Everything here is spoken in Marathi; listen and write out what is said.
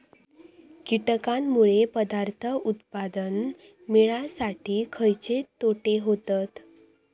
कीटकांनमुळे पदार्थ उत्पादन मिळासाठी खयचे तोटे होतत?